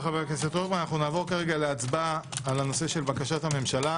נעבור להצבעה על בקשת הממשלה